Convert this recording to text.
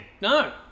No